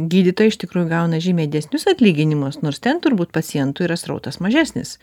gydytojai iš tikrųjų gauna žymiai didesnius atlyginimus nors ten turbūt pacientų yra srautas mažesnis